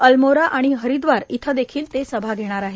अलमोरा आणि हरिद्वार इथं देखील ते सभा घेणार आहेत